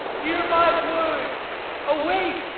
hear my word awake,